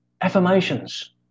affirmations